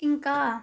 ఇంకా